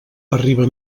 arriba